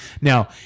now